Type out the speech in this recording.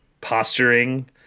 posturing